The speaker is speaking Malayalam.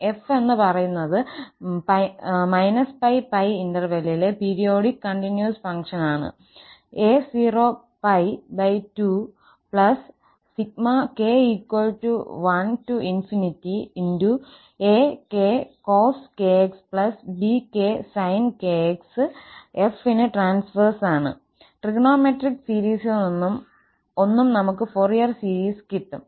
𝑓 എന്ന് പറയുന്നഇത് എന്ന −𝜋𝜋 ഇൻറർവല്ലിലെ പീരിയോഡിക് കണ്ടിന്യൂസ് ഫംഗ്ഷൻ ആണ് ആണ് 𝑓𝑎02k1𝑎kcos 𝑘𝑥 𝑏𝑘sin 𝑘𝑥 ട്രിഗണോമെട്രിക് സീരീസിൽ നിന്നും ഒന്നും നമുക്ക് ഫോർ ഇയർ സീരിയസ് കിട്ടും